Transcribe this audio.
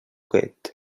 cuquet